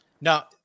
Now